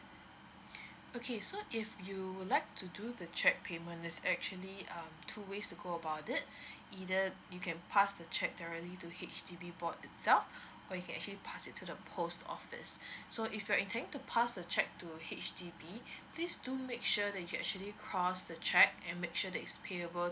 okay so if you would like to do to cheque payment there's actually um two ways to go about it either you can pass the cheque thoroughly to H_D_B board itself or you can actually pass it to the post office so if you're intending to pass the cheque to H_D_B please to make sure that you actually crossed the cheque and make sure that is payable